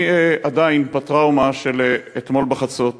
אני עדיין בטראומה של אתמול בחצות,